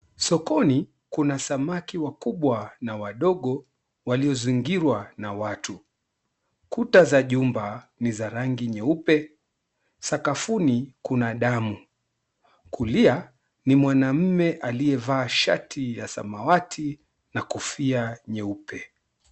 Sokoni kuna samaki wakubwa na wadogo waliozingirwa na watu. Kuta za jumba ni za rangi nyeupe. Sakafuni kuna damu. Kulia, ni mwanaume aliyevaa shati ya samawati na kofia nyeupe.